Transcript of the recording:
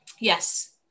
Yes